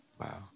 Wow